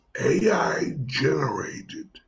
AI-generated